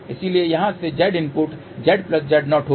इसलिए यहाँ से Z इनपुट ZZ0 होगा